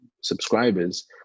subscribers